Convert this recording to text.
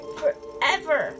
forever